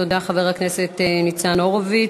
תודה, חבר הכנסת ניצן הורוביץ.